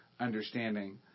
understanding